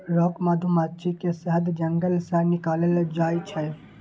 rock मधुमाछी के शहद जंगल सं निकालल जाइ छै